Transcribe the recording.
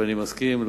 ואני מסכים,